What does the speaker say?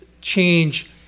change